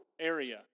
area